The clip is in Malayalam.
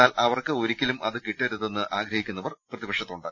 എന്നാൽ അവർക്ക് ഒരിക്കലും അത് കിട്ടരുതെന്ന് ആഗ്രഹിക്കുന്നവർ പ്രതിപക്ഷത്തുണ്ട്